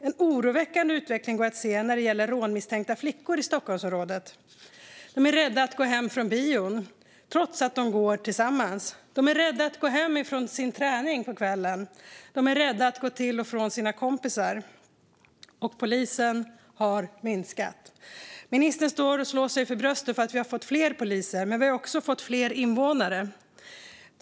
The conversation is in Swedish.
En oroväckande utveckling kan ses när det gäller flickor utsatta för rån i Stockholmsområdet. De är rädda för att gå hem från bion, trots att de går tillsammans. De är rädda för att gå hem från träningen på kvällen, och de är rädda för att gå till och från sina kompisar. Poliserna har minskat i antal. Ministern slår sig för bröstet och säger att det har blivit fler poliser, men det har också blivit fler invånare.